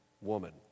woman